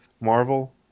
Marvel